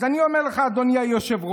אז אני אומר לך, אדוני היושב-ראש,